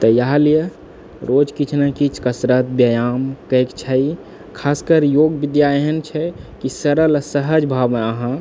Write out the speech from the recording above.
इएह लिय रोज किछु ने किछु कसरत व्यायाम करैके चाही खासकर योग विद्या एहनछै की सरल आओर सहज भावमे अहाँ